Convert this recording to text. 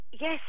Yes